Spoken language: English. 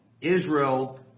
Israel